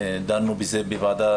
דנו בזה בוועדה,